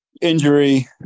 injury